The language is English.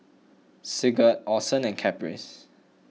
Sigurd Orson and Caprice